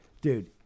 dude